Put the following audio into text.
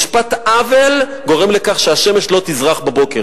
משפט עוול גורם לכך שהשמש לא תזרח בבוקר.